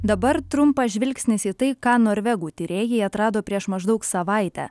dabar trumpas žvilgsnis į tai ką norvegų tyrėjai atrado prieš maždaug savaitę